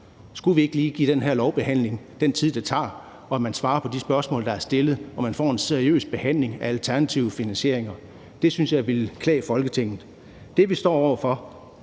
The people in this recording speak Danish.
Skulle vi ikke lige give den her lovbehandling den tid, det tager, så man svarer på de spørgsmål, der er stillet, og vi får en seriøs behandling af alternative finansieringer? Det synes jeg ville klæde Folketinget. Det, vi står over for,